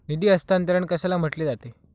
निधी हस्तांतरण कशाला म्हटले जाते?